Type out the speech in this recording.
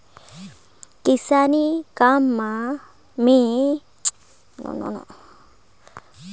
किसानी काम मे किसान मन अनाज ल साफ सुथरा करे बर पंखा कर परियोग करथे